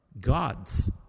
God's